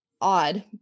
odd